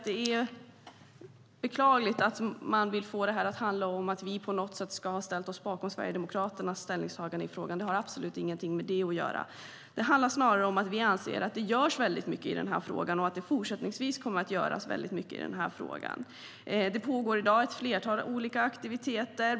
Det är beklagligt att man vill få det till att vi ska ha ställt oss bakom Sverigedemokraternas ställningstagande i denna fråga. Det har absolut inget med det att göra. Det handlar snarare om att vi anser att det görs mycket och även fortsättningsvis kommer att göras mycket i denna fråga. Det pågår i dag ett flertal olika aktiviteter.